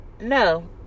no